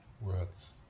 words